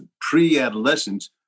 pre-adolescence